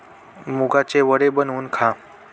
मुगाचे वडे बनवून खा